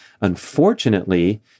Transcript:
Unfortunately